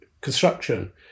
construction